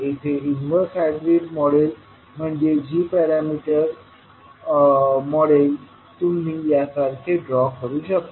येथे inverse hybrid model म्हणजेच g parameter model तुम्ही यासारखे ड्रॉ करू शकता